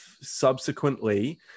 subsequently